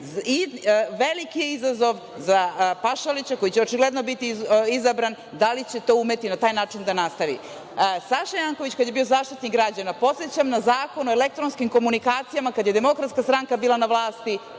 Veliki je izazov za Pašalića, koji će očigledno biti izabran, da li će to umeti na taj način da nastavi. Saša Janković kada je bio Zaštitnik građana, podsećam na Zakon o elektronskim komunikacijama kada je DS bila na vlasti,